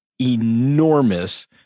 enormous